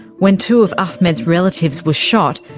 when two of ahmed's relatives were shot,